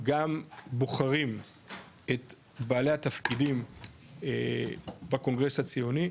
גם בוחרים את בעלי התפקידים בקונגרס הציוני.